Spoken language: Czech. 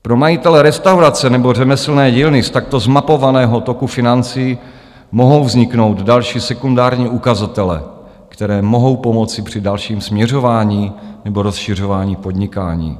Pro majitele restaurace nebo řemeslné dílny z takto zmapovaného toku financí mohou vzniknout další, sekundární ukazatele, které mohou pomoci při dalším směřování nebo rozšiřování podnikání.